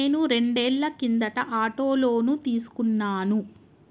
నేను రెండేళ్ల కిందట ఆటో లోను తీసుకున్నాను